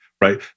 right